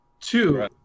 Two